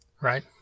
Right